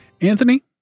Anthony